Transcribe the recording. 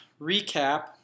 recap